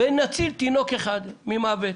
ונציל תינוק אחד ממוות.